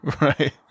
right